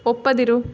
ಒಪ್ಪದಿರು